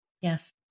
Yes